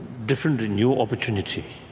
different and new opportunity